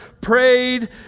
prayed